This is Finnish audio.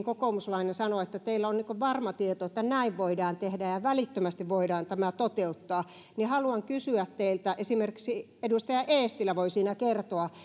kokoomuslainen sanoi että heillä on varma tieto siitä että näin voidaan tehdä ja välittömästi voidaan tämä toteuttaa niin haluan kysyä teiltä esimerkiksi edustaja eestilä siinä voi kertoa